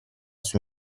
sua